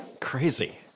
Crazy